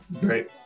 great